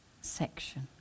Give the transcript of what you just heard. section